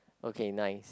okay nice